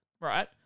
Right